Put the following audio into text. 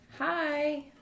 Hi